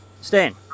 Stan